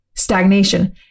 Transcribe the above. stagnation